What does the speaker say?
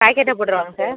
பாக்கெட்டாக போட்டுறவாங்க சார்